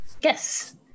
Yes